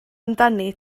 amdani